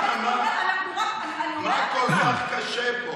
מה כל כך קשה פה?